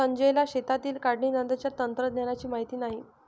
संजयला शेतातील काढणीनंतरच्या तंत्रज्ञानाची माहिती नाही